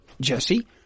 Jesse